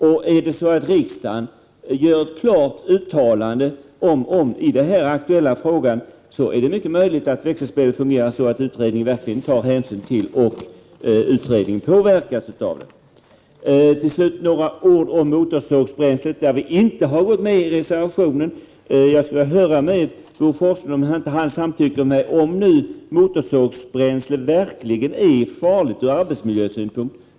Om riksdagen gör ett klart uttalande i den aktuella frågan, är det mycket möjligt att växelspelet fungerar så att utredningarna verkligen tar hänsyn till detta och påverkas av det. Till slut några ord om motorsågsbränslet. Vi i miljöpartiet har inte ställt oss bakom reservationen i fråga. Kan inte Bo Forslund instämma i att motorsågsbränsle bör förbjudas om det nu är farligt ur arbetsmiljösynpunkt?